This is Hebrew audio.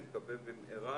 אני מקווה במהירה,